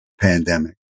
pandemic